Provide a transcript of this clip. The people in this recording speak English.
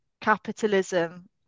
capitalism